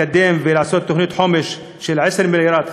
לקדם ולעשות תוכנית חומש של 10 מיליארד,